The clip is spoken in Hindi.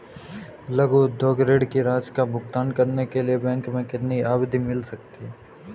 लघु उद्योग ऋण की राशि का भुगतान करने के लिए बैंक से कितनी अवधि मिल सकती है?